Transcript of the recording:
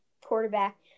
Quarterback